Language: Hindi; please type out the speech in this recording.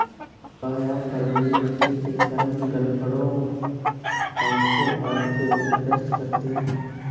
बाह्य परजीवी मछली के चर्म, गलफडों, पंखों आदि के रोग ग्रस्त करते है